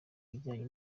ibijyanye